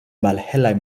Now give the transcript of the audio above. malhelaj